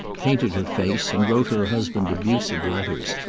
painted her face and wrote her husband abusive letters,